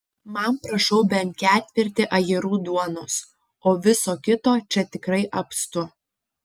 man prašau bent ketvirtį ajerų duonos o viso kito čia tikrai apstu